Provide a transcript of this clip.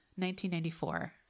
1994